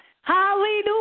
Hallelujah